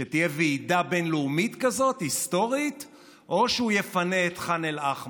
שתהיה ועידה בין-לאומית כזאת היסטורית או שהוא יפנה את ח'אן אל-אחמר?